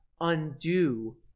undo